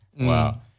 Wow